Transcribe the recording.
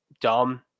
dumb